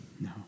No